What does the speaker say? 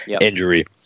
injury